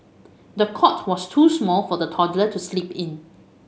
the cot was too small for the toddler to sleep in